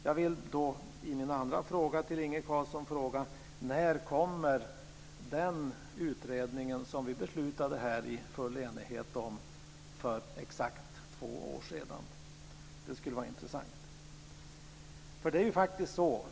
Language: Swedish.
Jag vill då ställa min andra fråga till Inge Carlsson: När kommer den utredning som vi beslutade om här i full enighet för exakt två år sedan? Det skulle vara intressant att veta.